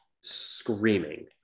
screaming